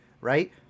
right